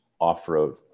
off-road